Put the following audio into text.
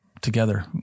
together